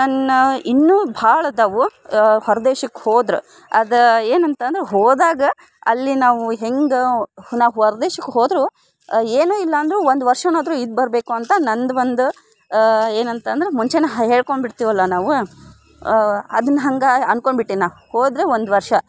ನನ್ನ ಇನ್ನೂ ಭಾಳ ಅದಾವು ಹೊರ ದೇಶಕ್ಕೆ ಹೋದ್ರೆ ಅದು ಏನಂತಂದ್ರೆ ಹೋದಾಗ ಅಲ್ಲಿ ನಾವು ಹೆಂಗಿವೆ ನಾವು ಹೊರ ದೇಶಕ್ಕೆ ಹೋದ್ರೂ ಏನು ಇಲ್ಲ ಅಂದ್ರೆ ಒಂದು ವರ್ಷನಾದ್ರೂ ಇದು ಬರಬೇಕು ಅಂತ ನಂದು ಒಂದು ಏನಂತಂದ್ರೆ ಮುಂಚೆನೆ ಹೇಳ್ಕೊಂಡು ಬಿಡ್ತೀವಲ್ಲ ನಾವು ಅದನ್ನ ಹಂಗೆ ಅನ್ಕೊಂಡು ಬಿಟ್ಟೀನಿ ಹೋದರೆ ಒಂದು ವರ್ಷ